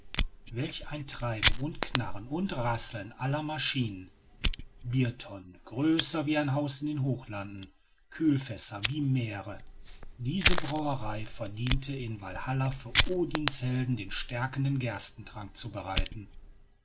welch ein treiben und knarren und rasseln aller maschinen biertonnen größer wie ein haus in den hochlanden kühlfässer wie meere diese brauerei verdiente in walhalla für odins helden den stärkenden gerstentrank zu bereiten